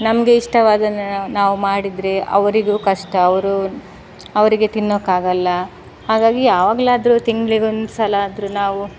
ನಮಗೆ ಇಷ್ಟವಾದನ್ ನಾವು ಮಾಡಿದರೆ ಅವರಿಗೂ ಕಷ್ಟ ಅವರು ಅವರಿಗೆ ತಿನ್ನೊಕ್ಕಾಗಲ್ಲ ಹಾಗಾಗಿ ಯಾವಾಗ್ಲಾದರೂ ತಿಂಗ್ಳಿಗೊಂದು ಸಲ ಆದರೂ ನಾವು